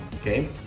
okay